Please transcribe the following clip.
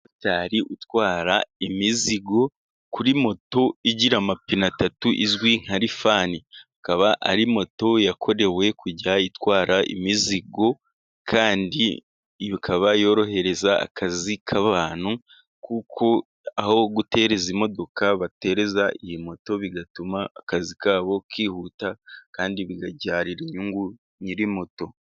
Umumotari utwara imizigo kuri moto igira amapine atatu izwi nka Rifani. Akaba ari moto yakorewe kujya itwara imizigo, kandi ikaba yorohereza akazi k'abantu, kuko aho gutereza imodoka batereza iyi moto, bigatuma akazi ka bo kihuta, kandi bikabyarira inyungu nyiri moto.